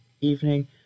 evening